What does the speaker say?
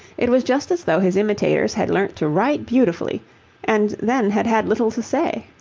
it was just as though his imitators had learnt to write beautifully and then had had little to say.